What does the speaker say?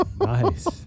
Nice